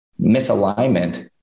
misalignment